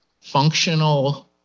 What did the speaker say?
functional